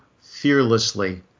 fearlessly